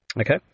okay